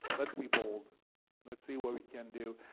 let's be bold let's see what we can do.